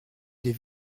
des